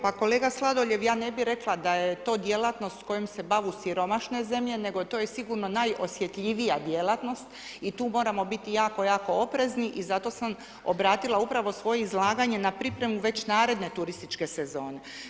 Pa kolega Sladoljev, ja ne bih rekla da je to djelatnost s kojom se bave siromašne zemlje nego to je sigurno najosjetljivija djelatnost i tu moramo biti jako, jako oprezni i zato sam obratila upravo svoje izlaganje na pripremu već naredne turističke sezone.